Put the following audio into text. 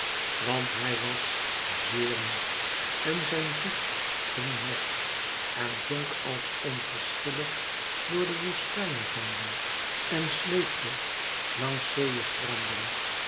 want hij was zeer moê en zijn voet ging mat en zonk als onverschillig door woestijnezanden en sleepte langs zeeëstranden